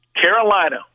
Carolina